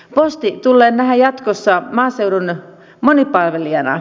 posti tulee nähdä jatkossa maaseudun monipalvelijana